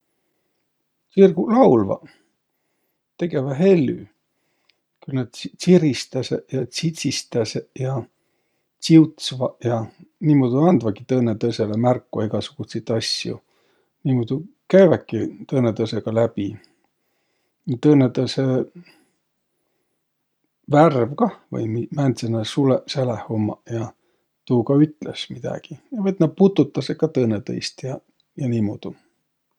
Tsirguq laulvaq. Tegeväq hellü. Ku nääq tsiristäseq ja tsidsistäseq ja tsiutsvaq ja. Niimuudu andvaki tõõnõtõõsõlõ märko egäsugutsit asjo. Niimuudu käüväki tõõnõtõõsõga läbi. Tõõnõtõõsõ värv kah, et määntseq naaq sulõq säläh ummaq ja. Tuu kah ütles midägi. Vet nä pututasõq kah tõõnõtõist ja, ja niimuudu.